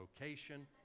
location